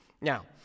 Now